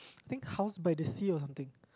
think House by the Sea or something